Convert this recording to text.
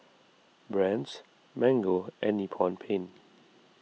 Brand's Mango and Nippon Paint